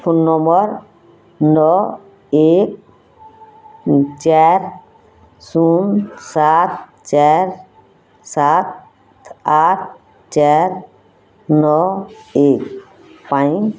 phone number ନଅ ଏକ ଚାରି ଶୂନ ସାତ ଚାରି ସାତ ଆଠ ଚାରି ନଅ ଏକ ପାଇଁ